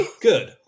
good